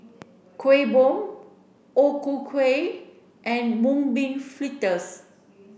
Kuih Bom O Ku Kueh and mung bean fritters